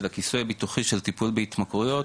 הכיסוי הביטוחי של טיפול בהתמכרויות,